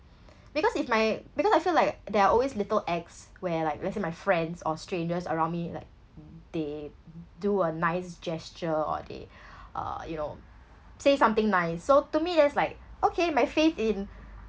because if my because I feel like there are always little acts where like let's say my friends or strangers around me like they do a nice gesture or they uh you know say something nice so to me that's like okay my faith in